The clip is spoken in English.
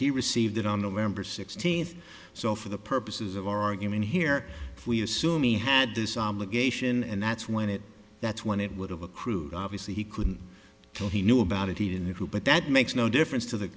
he received it on november sixteenth so for the purposes of our argument here we assume he had this obligation and that's when it that's when it would have accrued obviously he couldn't tell he knew about it he didn't have to but that makes no difference to the